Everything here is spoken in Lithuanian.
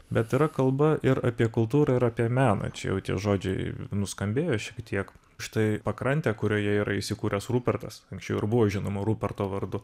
bet yra kalba ir apie kultūrą ir apie meną čia jau tie žodžiai nuskambėjo šiek tiek štai pakrantę kurioje yra įsikūręs rupertas anksčiau ir buvo žinoma ruperto vardu